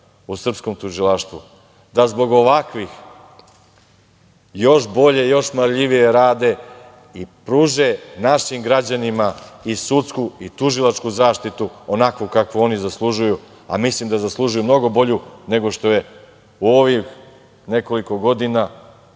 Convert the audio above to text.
u srpskom tužilaštvu, da zbog ovakvih još bolje, još marljivije rade i pruže našim građanima i sudsku i tužilačku zaštitu onakvu kakvu oni zaslužuju, a mislim da zaslužuju mnogo bolju nego što je u ovih nekoliko godina